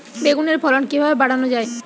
বেগুনের ফলন কিভাবে বাড়ানো যায়?